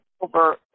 over